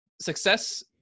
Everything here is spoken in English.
success